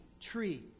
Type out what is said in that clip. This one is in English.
tree